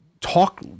talk